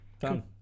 Done